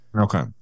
Okay